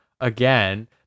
Again